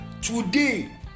Today